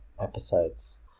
episodes